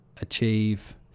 achieve